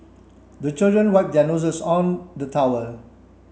the children wipe their noses on the towel